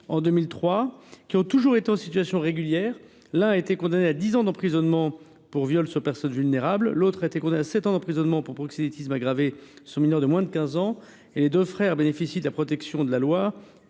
en 2003, ils ont toujours été en situation régulière. Le premier a été condamné à dix ans d’emprisonnement pour viol sur personne vulnérable, et le second à sept ans d’emprisonnement pour proxénétisme aggravé sur mineur de moins de 15 ans. Or les deux frères bénéficient de la protection de la loi